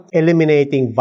eliminating